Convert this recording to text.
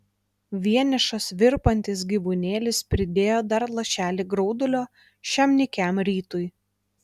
vienišas virpantis gyvūnėlis pridėjo dar lašelį graudulio šiam nykiam rytui